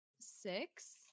six